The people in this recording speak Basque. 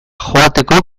joateko